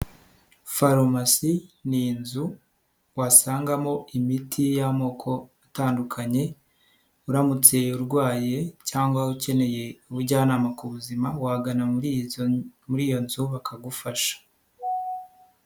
Farumasi ni inzu wasangamo imiti y'amoko atandukanye, uramutse urwaye cyangwa ukeneye ubujyanama ku buzima wagana muri muri iyo nzu bakagufasha.